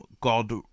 god